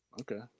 Okay